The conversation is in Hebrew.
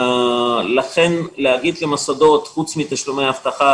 לכן, להגיד למוסדות מתוקצבים,